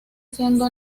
siendo